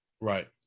Right